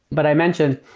but i mentioned,